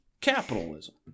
Capitalism